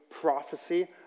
prophecy